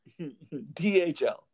DHL